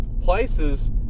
places